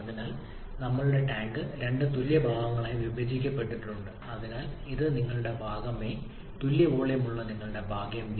അതിനാൽ ഞങ്ങളുടെ ടാങ്ക് രണ്ട് തുല്യ ഭാഗങ്ങളായി വിഭജിക്കപ്പെട്ടിട്ടുണ്ട് അതിനാൽ ഇത് നിങ്ങളുടെ ഭാഗം എ തുല്യ വോളിയം ഉള്ള നിങ്ങളുടെ ഭാഗം ബി